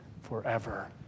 forever